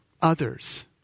others